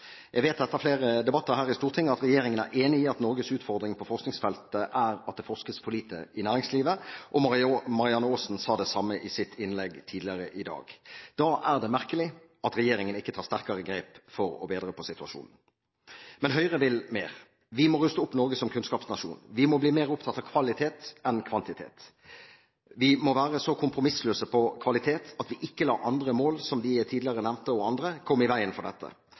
Jeg vet etter flere debatter her i Stortinget at regjeringen er enig i at Norges utfordring på forskningsfeltet er at det forskes for lite i næringslivet. Marianne Aasen sa det samme i sitt innlegg tidligere i dag. Da er det merkelig at regjeringen ikke tar sterkere grep for å bedre situasjonen. Men Høyre vil mer. Vi må ruste opp Norge som kunnskapsnasjon. Vi må bli mer opptatt av kvalitet enn av kvantitet. Vi må være så kompromissløse når det gjelder kvalitet, at vi ikke lar andre mål som dem jeg tidligere nevnte, og andre, komme i veien for dette.